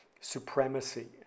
supremacy